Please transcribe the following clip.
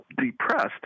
depressed